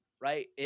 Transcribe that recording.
right